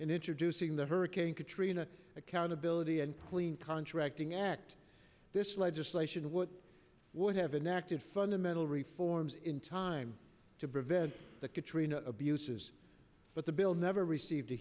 in introducing the hurricane katrina accountability and clean contracting act this legislation what would have enacted fundamental reforms in time to prevent the katrina abuses but the bill never received a